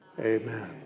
Amen